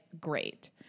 great